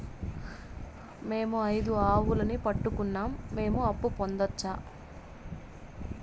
మేము ఐదు ఆవులని పెట్టుకున్నాం, మేము అప్పు పొందొచ్చా